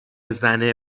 زنه